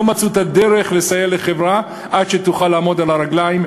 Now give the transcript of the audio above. לא מצאו את הדרך לסייע לחברה עד שתוכל לעמוד על הרגליים,